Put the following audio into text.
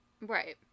Right